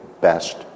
best